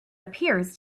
appears